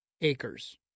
acres